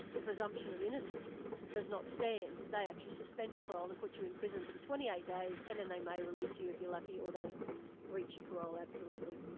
the presumption of innocence does not stand they actually suspend your parole and put you in prison for the twenty eight days and then they may release you if you're lucky, or they breach a parole absolutely.